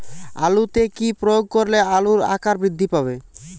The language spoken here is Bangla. আলুতে কি প্রয়োগ করলে আলুর আকার বৃদ্ধি পাবে?